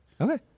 Okay